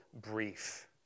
brief